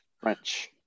French